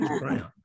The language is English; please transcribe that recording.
Brown